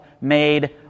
made